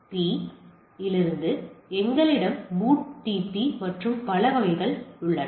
RARP இலிருந்து எங்களிடம் BOOTP மற்றும் வகை வகைகள் உள்ளன